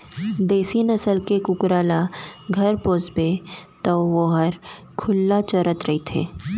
देसी नसल के कुकरा ल घर पोसबे तौ वोहर खुल्ला चरत रइथे